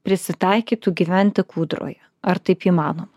prisitaikytų gyventi kūdroje ar taip įmanoma